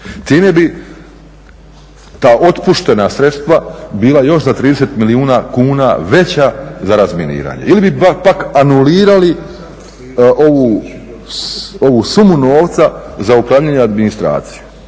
Time bi ta otpuštena sredstva bila još za 30 milijuna kuna veća za razminiranje ili bi pak anulirali ovu sumu novca za upravljanje administracijom.